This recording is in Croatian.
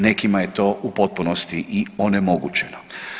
Nekima je to u potpunosti i onemogućeno.